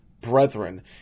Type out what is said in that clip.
brethren